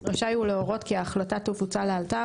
רשאי הוא להורות כי ההחלטה תבוצע לאלתר